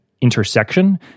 intersection